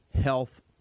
health